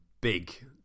big